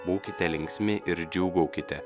būkite linksmi ir džiūgaukite